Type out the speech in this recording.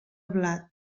blat